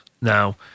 Now